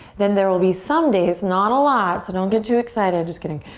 then there will be some days, not a lot so don't get too excited, just kidding,